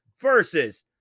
versus